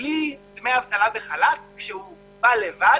שכלי דמי האבטלה בחל"ת, כשהוא בא לבד,